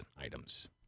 items